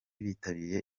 bitabiriye